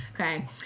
Okay